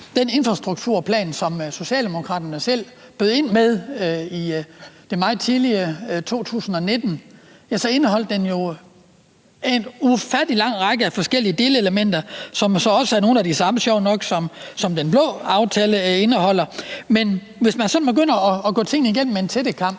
den infrastrukturplan, som Socialdemokraterne selv bød ind med meget tidligt i 2019, indeholdt den jo en ufattelig lang række af forskellige delelementer, som så også sjovt nok er nogle af de samme, som den blå aftale indeholder. Men hvis man sådan begynder at gå det igennem med en tættekam,